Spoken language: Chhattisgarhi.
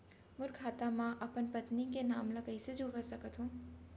मोर खाता म अपन पत्नी के नाम ल कैसे जुड़वा सकत हो?